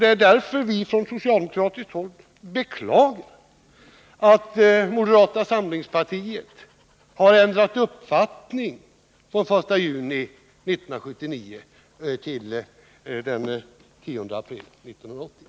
Det är därför vi från socialdemokratiskt håll beklagar att moderata samlingspartiet har ändrat uppfattning från den 1 juni 1979 till den 9 april 1980.